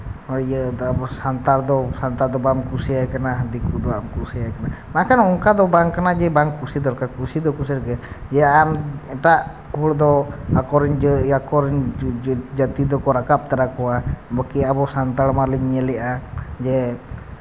ᱟᱵᱚ ᱤᱭᱟᱹ ᱥᱟᱱᱛᱟᱲ ᱫᱚ ᱥᱟᱱᱛᱟᱲ ᱫᱚ ᱵᱟᱵᱚᱱ ᱠᱩᱥᱤᱭᱟᱭ ᱠᱟᱱᱟ ᱫᱤᱠᱩ ᱫᱚ ᱦᱟᱸᱜ ᱮᱢ ᱠᱩᱥᱤᱭᱟᱭ ᱠᱟᱱᱟ ᱵᱟᱠᱷᱟᱱ ᱚᱱᱠᱟ ᱫᱚ ᱵᱟᱝᱠᱟᱱᱟ ᱡᱮ ᱵᱟᱝ ᱠᱩᱥᱤ ᱫᱚᱨᱠᱟᱨ ᱠᱩᱥᱤ ᱫᱚ ᱠᱩᱥᱤᱜᱮ ᱡᱮ ᱟᱢ ᱮᱴᱟᱜ ᱠᱚᱫᱚ ᱟᱠᱚᱨᱮᱱ ᱡᱟᱹᱛᱤ ᱫᱚᱠᱚ ᱨᱟᱠᱟᱵ ᱛᱟᱨᱟ ᱠᱚᱣᱟ ᱵᱟᱹᱠᱤ ᱟᱵᱚ ᱥᱟᱱᱛᱟᱲ ᱢᱟᱹᱞᱤᱧ ᱧᱮᱞ ᱞᱮᱜᱼᱟ ᱡᱮ